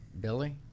Billy